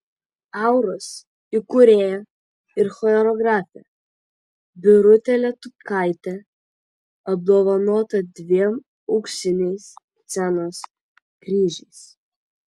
auros įkūrėja ir choreografė birutė letukaitė apdovanota dviem auksiniais scenos kryžiais